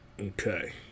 Okay